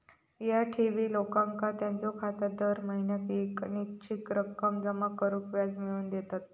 ह्या ठेवी लोकांका त्यांच्यो खात्यात दर महिन्याक येक निश्चित रक्कम जमा करून व्याज मिळवून देतत